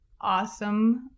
awesome